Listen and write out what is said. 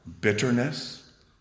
bitterness